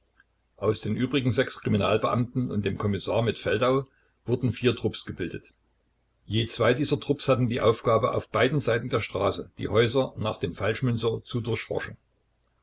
aus den übrigen sechs kriminalbeamten und dem kommissar mit feldau wurden vier trupps gebildet je zwei dieser trupps hatten die aufgabe auf beiden seiten der straße die häuser nach dem falschmünzer zu durchforschen